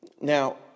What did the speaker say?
Now